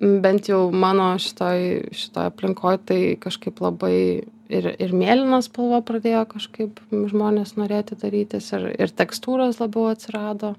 bent jau mano šitoj šitoj aplinkoj tai kažkaip labai ir ir mėlyna spalva pradėjo kažkaip žmonės norėti darytis ir ir tekstūros labiau atsirado